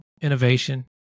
innovation